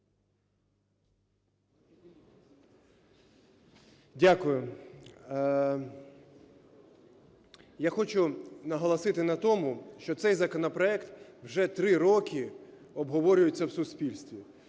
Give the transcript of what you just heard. Дякую. Я хочу наголосити на тому, що цей законопроект вже 3 роки обговорюється в суспільстві,